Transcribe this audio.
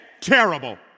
terrible